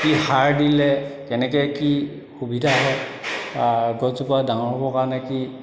কি সাৰ দিলে কেনেকৈ কি সুবিধা হয় গছজোপা ডাঙৰ হ'বৰ কাৰণে কি